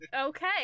Okay